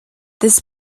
this